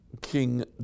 King